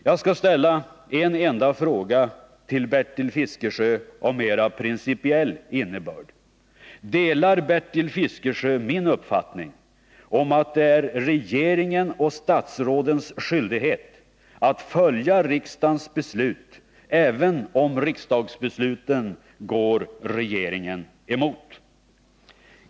Jag skall ställa en enda fråga till Bertil Fiskesjö av mera principiell innebörd: Delar Bertil Fiskesjö min uppfattning att det är regeringens och statsrådens skyldighet att följa riksdagens beslut, även om riksdagsbesluten går regeringen emot?